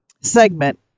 segment